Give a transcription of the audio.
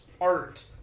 art